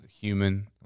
human